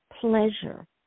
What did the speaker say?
pleasure